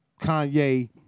Kanye